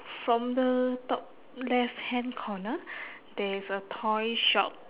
from the top left hand corner there is a toy shop